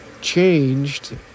changed